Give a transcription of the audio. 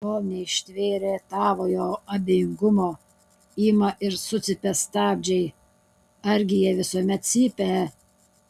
kol neištvėrę tavojo abejingumo ima ir sucypia stabdžiai argi jie visuomet cypia